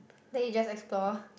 then you just explore